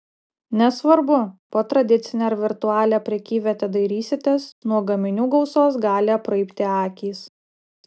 nesvarbu po tradicinę ar virtualią prekyvietę dairysitės nuo gaminių gausos gali apraibti akys